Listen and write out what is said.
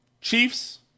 Chiefs